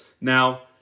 Now